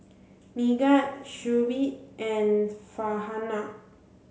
Megat Shuib and Farhanah